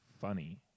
funny